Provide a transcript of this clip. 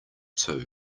too